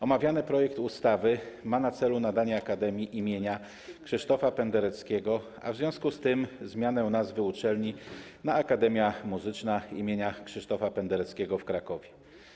Omawiany projekt ustawy ma na celu nadanie akademii imienia Krzysztofa Pendereckiego, a w związku z tym zmianę nazwy uczelni na: Akademia Muzyczna im. Krzysztofa Pendereckiego w Krakowie.